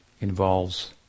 involves